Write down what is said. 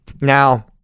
Now